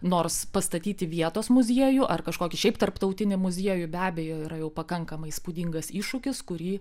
nors pastatyti vietos muziejų ar kažkokį šiaip tarptautinį muziejų be abejo yra jau pakankamai įspūdingas iššūkis kurį